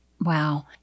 wow